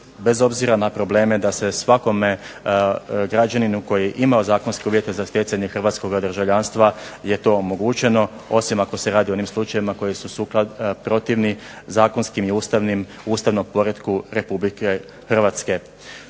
bez obzira na probleme da se svakome građaninu koji je imao zakonske uvjete za stjecanje hrvatskoga državljanstva je to omogućeno osim ako se radi o onim slučajevima koji su protivni zakonskim i ustavnim, ustavnom poretku RH. Što se